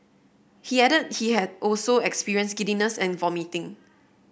he added he had also experienced giddiness and vomiting